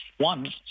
One